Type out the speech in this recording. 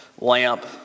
lamp